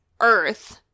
Earth